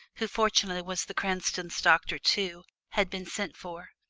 who fortunately was the cranstons' doctor too, had been sent for.